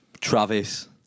Travis